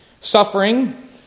suffering